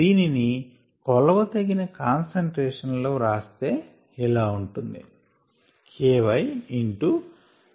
దీనిని కొలవతగిన కాన్సంట్రేషన్ లలో వ్రాస్తే ఇలా ఉంటుంది